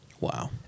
Wow